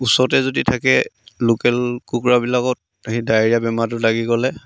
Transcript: ওচৰতে যদি থাকে লোকেল কুকুৰাবিলাকত সেই ডায়েৰিয়া বেমাৰটো লাগি গ'লে